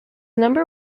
number